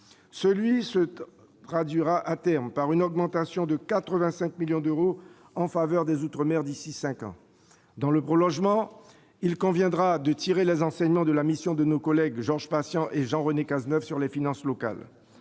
Cela se traduira à terme par une augmentation de 85 millions d'euros en faveur des outre-mer d'ici à cinq ans. Dans le prolongement, il conviendra de tirer les enseignements de la mission de nos collègues Georges Patient et Jean-René Cazeneuve sur les finances locales.